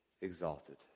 exalted